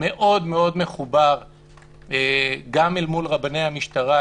מאוד מאוד מחובר גם אל מול רבני המשטרה,